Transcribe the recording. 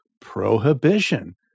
prohibition